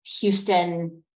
Houston